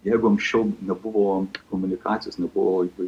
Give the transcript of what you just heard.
jeigu anksčiau nebuvo komunikacijos nebuvo